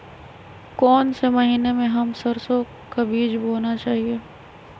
कौन से महीने में हम सरसो का बीज बोना चाहिए?